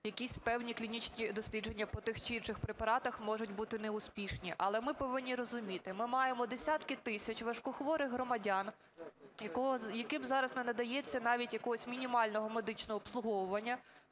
якісь певні клінічні дослідження по тих чи інших клінічних препаратах можуть бути неуспішними. Але ми повинні розуміти: ми маємо десятки тисяч важкохворих громадян, яким зараз не надається навіть якогось мінімального медичного обслуговування,